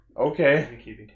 Okay